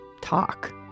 talk